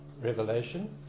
Revelation